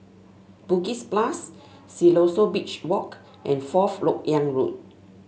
Bugis Plus Siloso Beach Walk and Fourth LoK Yang Road